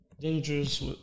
Dangerous